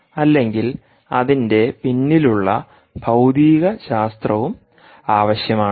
അല്ലെങ്കിൽ അതിന്റെ പിന്നിലുള്ള ഭൌതികശാസ്ത്രവും ആവശ്യമാണ്